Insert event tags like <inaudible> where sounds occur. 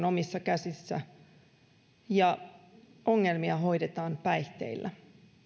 <unintelligible> omissa käsissä ja ongelmia hoidetaan päihteillä